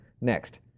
Next